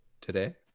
today